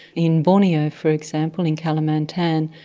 in borneo for example in kalimantan,